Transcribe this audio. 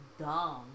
dumb